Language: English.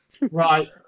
Right